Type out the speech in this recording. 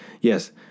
yes